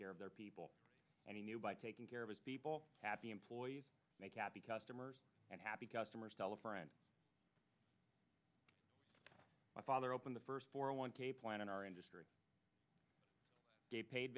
care of their people and he knew by taking care of his people happy employees happy customers and happy customers tell a friend my father opened the first for a one point in our industry a paid